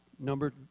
Number